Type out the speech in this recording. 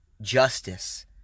justice